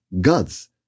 gods